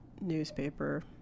newspaper